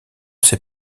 ces